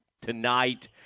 tonight